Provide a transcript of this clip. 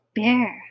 bear